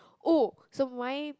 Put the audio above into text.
oh so my